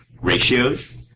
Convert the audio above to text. ratios